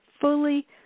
fully